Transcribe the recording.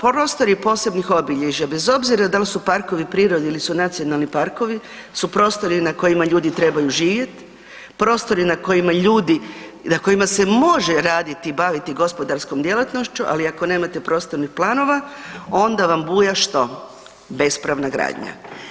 Prostori posebnih obilježja bez obzira dal su parkovi prirode ili su nacionalni parkovi su prostori na kojima ljudi trebaju živjet, prostori na kojima ljudi, na kojima se može raditi i baviti gospodarskom djelatnošću, ali ako nemate prostornih planova onda vam buja što, bespravna gradnja.